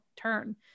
turn